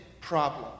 problem